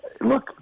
Look